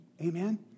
amen